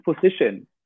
position